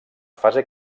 fase